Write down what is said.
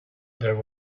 there